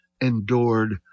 endured